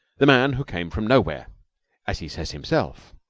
the man who came from nowhere as he says himself,